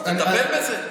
אז תטפל בזה.